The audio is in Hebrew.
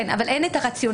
כן, אבל אין את הרציונלים.